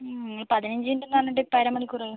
ഓ പതിനഞ്ച് മിനിറ്റ്ന്ന് പറഞ്ഞിട്ട് ഇപ്പം അരമണിക്കൂർ ആയി